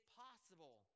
possible